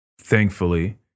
thankfully